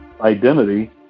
identity